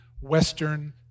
Western